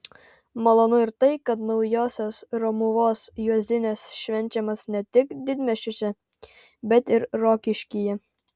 malonu ir tai kad naujosios romuvos juozinės švenčiamos ne tik didmiesčiuose bet ir rokiškyje